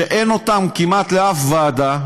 שאין כמעט לשום ועדה,